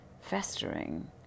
festering